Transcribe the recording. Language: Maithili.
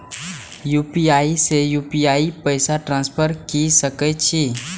यू.पी.आई से यू.पी.आई पैसा ट्रांसफर की सके छी?